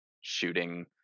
shooting